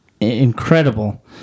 incredible